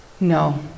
No